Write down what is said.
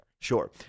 sure